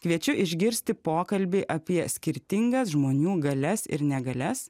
kviečiu išgirsti pokalbį apie skirtingas žmonių galias ir negalias